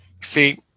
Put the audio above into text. See